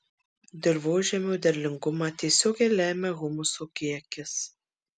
dirvožemio derlingumą tiesiogiai lemia humuso kiekis